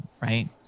right